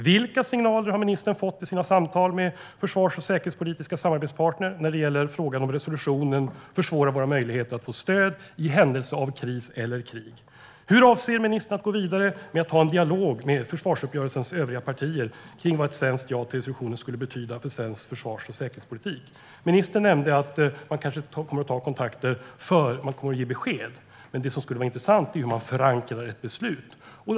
Vilka signaler har ministern fått i sina samtal med försvars och säkerhetspolitiska samarbetspartner när det gäller om resolutionen försvårar våra möjligheter att få stöd i händelse av kris eller krig? Hur avser ministern att gå vidare med en dialog med försvarsuppgörelsens övriga partier i fråga om vad ett svenskt ja till resolutionen skulle betyda för svensk försvars och säkerhetspolitik? Ministern nämnde att man kanske kommer att ta kontakter innan man kommer att ge besked. Men det som skulle vara intressant är hur man förankrar ett beslut.